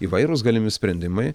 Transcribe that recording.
įvairūs galimi sprendimai